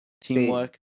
Teamwork